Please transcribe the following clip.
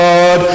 God